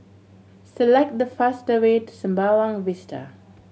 select the faster way to Sembawang Vista